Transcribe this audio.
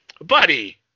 Buddy